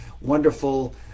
wonderful